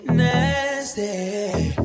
nasty